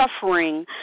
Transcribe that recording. suffering